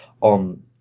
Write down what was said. on